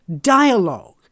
dialogue